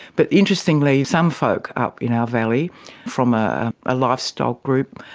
but interestingly some folk up in our valley from a ah lifestyle group,